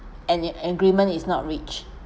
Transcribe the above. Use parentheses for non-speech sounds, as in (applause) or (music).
an (noise) agreement is not reached